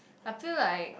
I feel like